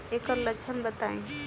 एकर लक्षण बताई?